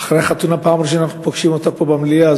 שזו פעם ראשונה אחרי החתונה שאנחנו פוגשים אותה פה במליאה.